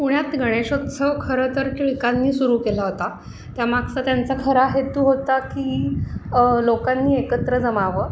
पुण्यात गणेशोत्सव खरं तर टिळकांनी सुरू केला होता त्या मागचा त्यांचा खरा हे तू होता की लोकांनी एकत्र जमावं